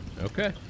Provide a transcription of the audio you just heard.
Okay